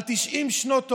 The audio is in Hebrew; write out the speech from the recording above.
על 90 שנות תורה,